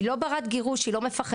היא לא ברת גירוש היא לא מפחדת,